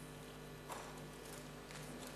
בבקשה.